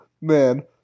Man